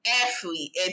athlete